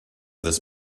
this